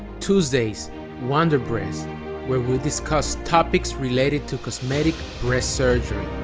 tuesdays wonder breasts where we discuss topics related to cosmetic breast surgery.